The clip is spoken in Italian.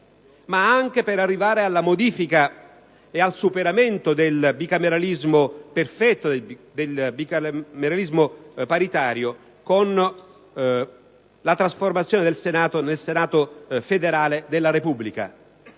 ma anche condurre alla modifica e al superamento del bicameralismo perfetto, del bicameralismo paritario, con la trasformazione del Senato nel Senato federale della Repubblica.